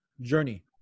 journey